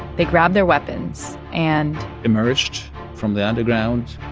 they grabbed their weapons and. emerged from the underground,